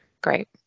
Great